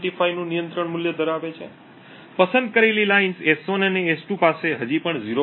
25 નું નિયંત્રણ મૂલ્ય ધરાવે છે પસંદ કરેલી લીટીઓ S1 અને S2 પાસે હજી પણ 0